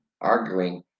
arguing